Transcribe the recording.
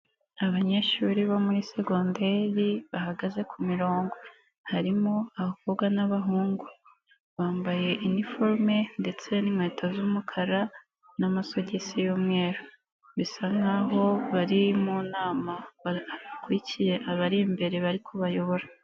Abanyeshuri bo muri segonderi bahagaze ku mirongo harimo abakobwa n'abahungu, bambaye iniforume ndetse n'inkweto z'umukara n'amasogisi y'umweru, bisa nkaho bari mu nama bakurikiye abari imbere bari kubayobora.